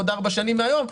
עוד ארבע שנים מהיום,